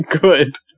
Good